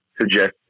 suggest